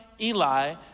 Eli